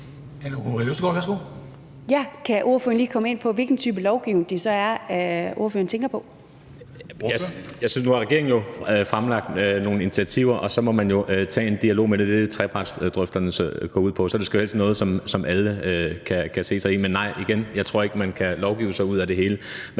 Nu har regeringen jo fremlagt nogle initiativer, og så må man tage en dialog. Men det er jo det, som trepartsdrøftelserne går ud på, så det skal jo helst være noget, som alle kan se sig i. Men nej, igen, jeg tror ikke, at man kan lovgive sig ud af det hele.